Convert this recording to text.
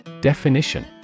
Definition